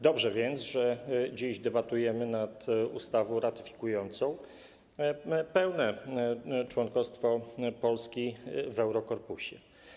Dobrze więc, że dziś debatujemy nad ustawą ratyfikującą pełne członkostwo Polski w Eurokorpusie.